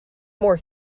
more